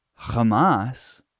Hamas